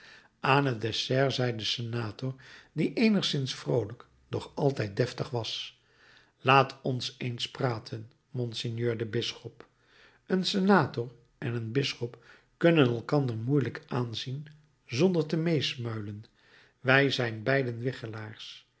aan het dessert zei de senator die eenigszins vroolijk doch altijd deftig was laat ons eens praten monseigneur de bisschop een senator en een bisschop kunnen elkander moeielijk aanzien zonder te meesmuilen wij zijn beiden wichelaars